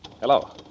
Hello